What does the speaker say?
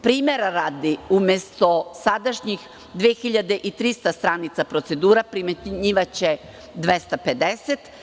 Primera radi, umesto sadašnjih 2300 stranica procedura primenjivaće 250.